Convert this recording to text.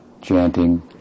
chanting